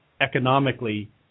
economically